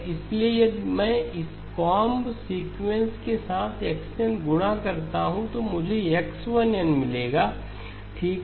इसलिए यदि मैं इस कोंब सीक्वेंस के साथ x n गुणा करता हूं तो मुझे X1 n मिलेगा ठीक है